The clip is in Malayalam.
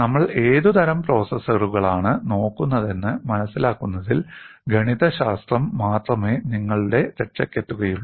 നമ്മൾ ഏതുതരം പ്രോസസ്സറുകളാണ് നോക്കുന്നതെന്ന് മനസിലാക്കുന്നതിൽ ഗണിതശാസ്ത്രം മാത്രമേ നിങ്ങളുടെ രക്ഷയ്ക്കെത്തുകയുള്ളൂ